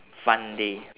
fun day